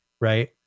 right